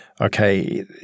Okay